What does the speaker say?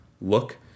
look